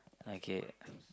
okay